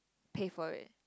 pay for it